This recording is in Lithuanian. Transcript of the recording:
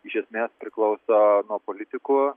iš esmės priklauso nuo politikų